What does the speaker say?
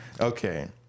Okay